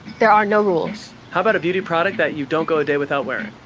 there are no rules. how about a beauty product that you don't go a day without wearing?